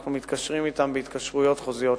שאנחנו מתקשרים אתם בהתקשרויות חוזיות.